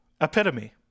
Epitome